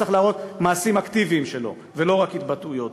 שצריך להראות מעשים אקטיביים שלו ולא רק התבטאויות.